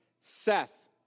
Seth